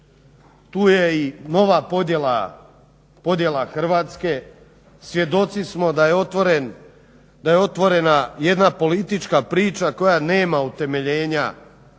tu je i nova podjela Hrvatske. Svjedoci smo da je otvorena jedna politička priča koja nema utemeljenja niti